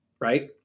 right